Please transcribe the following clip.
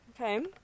Okay